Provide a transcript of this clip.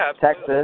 Texas